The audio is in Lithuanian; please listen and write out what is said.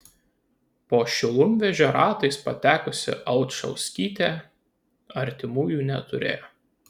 po šilumvežio ratais patekusi alčauskytė artimųjų neturėjo